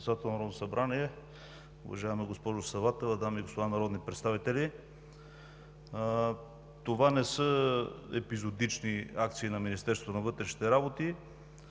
народни представители! Това не са епизодични акции на Министерството на вътрешните работи,